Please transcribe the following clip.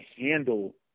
handle